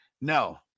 No